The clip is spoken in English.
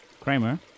Kramer